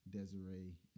Desiree